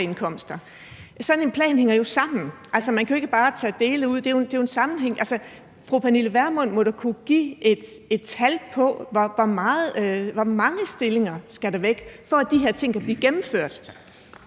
aktieindkomster. Sådan en plan hænger sammen, for man kan ikke bare tage dele ud, det hænger jo sammen. Fru Pernille Vermund må da kunne give et tal på, hvor mange stillinger der skal væk, for at de her ting kan blive gennemført.